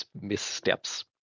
missteps